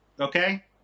okay